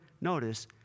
notice